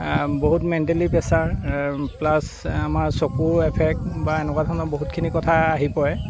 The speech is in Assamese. বহুত মেণ্টেলি প্ৰেছাৰ প্লাছ আমাৰ চকুৰ এফেক্ট বা এনেকুৱা ধৰণৰ বহুতখিনি কথাই আহি পৰে